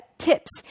tips